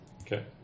Okay